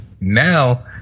Now